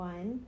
One